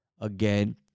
again